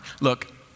Look